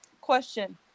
Question